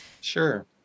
Sure